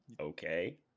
okay